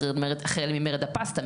החל ממרד הפסטה,